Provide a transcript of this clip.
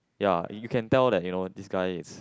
ya and you can tell that you know this guy is